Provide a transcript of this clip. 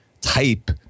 type